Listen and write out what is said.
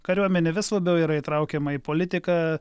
kariuomenė vis labiau yra įtraukiama į politiką